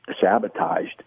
sabotaged